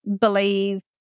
believe